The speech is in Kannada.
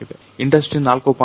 ಇಂಡಸ್ಟ್ರಿ 4